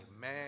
man